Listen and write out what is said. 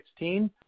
2016